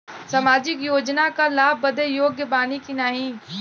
सामाजिक योजना क लाभ बदे योग्य बानी की नाही?